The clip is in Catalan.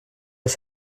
les